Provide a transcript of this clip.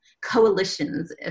coalitions